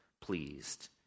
pleased